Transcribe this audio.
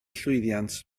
llwyddiant